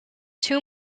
two